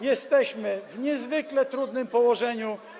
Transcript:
jesteśmy w niezwykle trudnym położeniu.